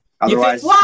Otherwise